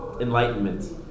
Enlightenment